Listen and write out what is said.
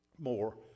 more